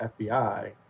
FBI